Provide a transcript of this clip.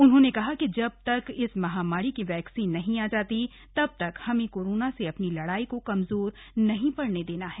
उन्होंने कहा कि जब तक इस महामारी की वैक्सीन नहीं आ जाती तब तक हमें कोरोना से अपनी लड़ाई को कमजोर नहीं पड़ने देना है